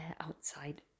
outside